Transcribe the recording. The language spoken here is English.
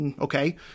okay